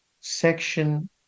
Section